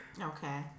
Okay